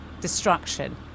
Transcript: destruction